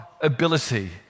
ability